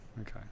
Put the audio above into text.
Okay